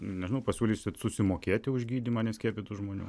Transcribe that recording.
nežinau pasiūlysit susimokėti už gydymą neskiepytų žmonių